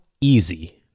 easy